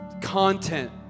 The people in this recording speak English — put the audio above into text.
content